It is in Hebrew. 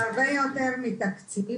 זה הרבה יותר מתקציבים,